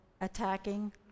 attacking